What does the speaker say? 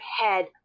head